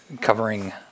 covering